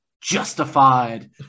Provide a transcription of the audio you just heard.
justified